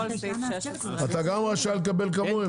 כל סעיף 16. אתה גם רשאי לקבל כמוהם?